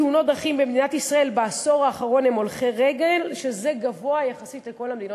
מדינת ישראל "שמרה" על המקום